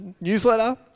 newsletter